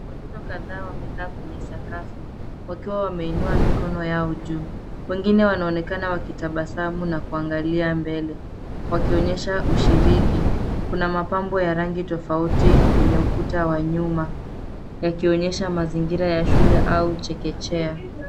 Watoto kadhaa wameka kwenye sakafu, wakiwa wameinua mikono yao juu. wengine wanaonekana wakitabasamu na kuangalia mbele wakionyesha ushiriki. Kuna mapambo ya rangi tofauti kwenye ukuta wa nyuma yakionyesha mazingira ya shule au chekechea.